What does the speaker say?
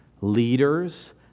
leaders